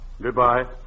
Goodbye